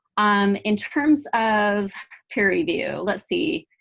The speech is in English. um in terms of peer review, let's see.